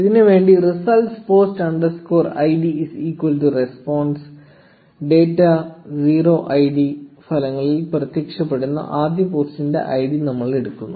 ഇതിനുവേണ്ടി results post underscore id is equal to response data 0 id ഫലങ്ങളിൽ പ്രത്യക്ഷപ്പെടുന്ന ആദ്യ പോസ്റ്റിന്റെ ഐഡി നമ്മൾ എടുക്കുന്നു